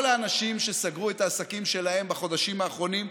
כל האנשים שסגרו את העסקים שלהם בחודשים האחרונים,